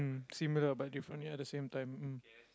mm similar but different ya at the same time mm